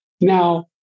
Now